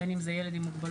בין אם זה ילד עם מוגבלות,